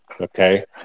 okay